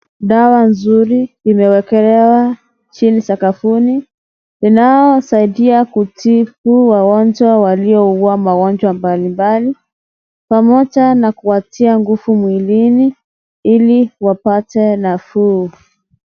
Dawa nzuri imewekelewa chini sakafuni inayosaidia kutibu wagonjwa waliougua magonjwa mbalimbali pamoja na kuwatia nguvu mwilini ili wapate nafuu.